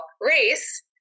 race